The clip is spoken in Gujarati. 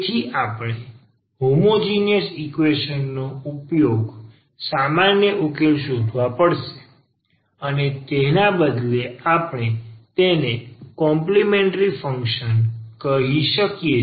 તેથી આપણે હોમોજીનીયસ ઈકવેશન નો સામાન્ય ઉકેલ શોધવો પડશે અથવા તેના બદલે આપણે તેને કોમ્પલિમેન્ટ્રી ફંક્શન કહીએ છીએ